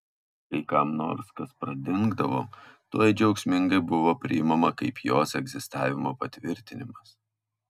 kai kam nors kas pradingdavo tuoj džiaugsmingai buvo priimama kaip jos egzistavimo patvirtinimas